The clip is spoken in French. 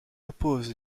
oppose